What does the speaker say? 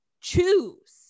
choose